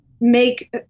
make